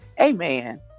Amen